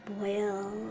Boil